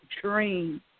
dream